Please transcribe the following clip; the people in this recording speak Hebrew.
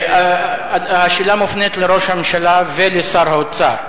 השאלה מופנית לראש הממשלה ולשר האוצר.